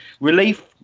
Relief